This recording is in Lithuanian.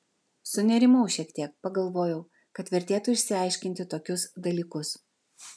sunerimau šiek tiek pagalvojau kad vertėtų išsiaiškinti tokius dalykus